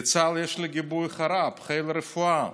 לצה"ל יש לגיבוי את חר"פ, חיל רפואה,